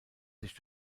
sich